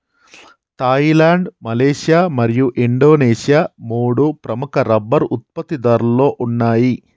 Thailand, Malaysia మరియు Indonesia మూడు ప్రముఖ రబ్బరు ఉత్పత్తిదారులలో ఉన్నాయి